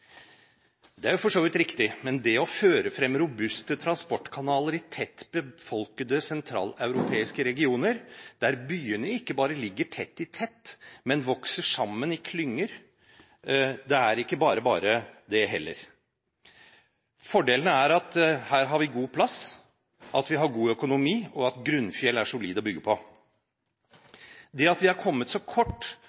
det er så mye fjell her. Det er jo for så vidt riktig. Men det å føre fram robuste transportkanaler i tett befolkede sentraleuropeiske regioner, der byene ikke bare ligger tett i tett, men vokser sammen i klynger, det er ikke bare bare, det heller. Fordelene vi har, er at vi har god plass, at vi har god økonomi, og at grunnfjell er solid å bygge på.